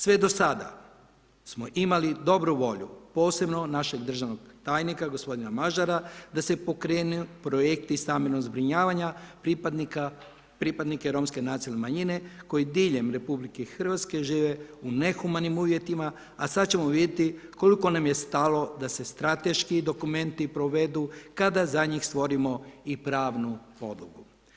Sve do sada smo imali dobru volju posebno našeg državnog tajnika gospodina Mađara, da se pokrenu projekti stambenog zbrinjavanja pripadnika Romske nacionalne manjine koji diljem Republike Hrvatske žive u nehumanim uvjetima, a sad ćemo vidjeti koliko nam je stalo da se strateški dokumenti provedu kada za njih stvorimo i pravnu podlogu.